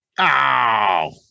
Ow